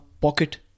pocket